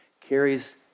carries